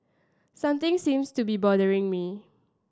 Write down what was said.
something seems to be bothering me